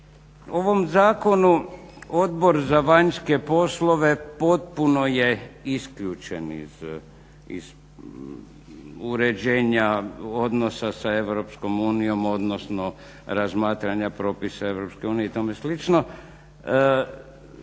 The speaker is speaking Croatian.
ovom zakonu Odbor za vanjske poslove potpuno je isključen iz uređenja odnosa sa EU, odnosno razmatranja propisa EU i tome